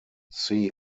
see